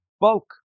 bulk